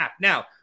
Now